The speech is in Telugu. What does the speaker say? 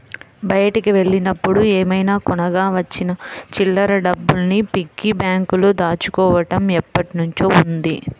బయటికి వెళ్ళినప్పుడు ఏమైనా కొనగా వచ్చిన చిల్లర డబ్బుల్ని పిగ్గీ బ్యాంకులో దాచుకోడం ఎప్పట్నుంచో ఉంది